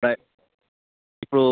అట్లే ఇప్పుడు